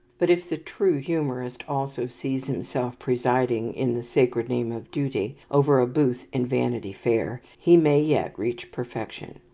but if the true humourist also sees himself presiding, in the sacred name of duty, over a booth in vanity fair, he may yet reach perfection.